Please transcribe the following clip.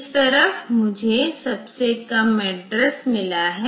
इस तरफ मुझे सबसे कम एड्रेस मिला है